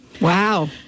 Wow